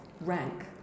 rank